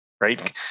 right